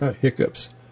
hiccups